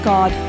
God